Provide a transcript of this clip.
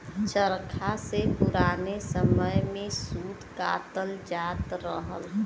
चरखा से पुराने समय में सूत कातल जात रहल